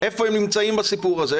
איפה הם נמצאים בסיפור הזה?